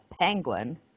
penguin